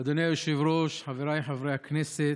אדוני היושב-ראש, חבריי חברי הכנסת,